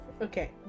Okay